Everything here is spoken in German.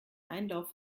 einlauf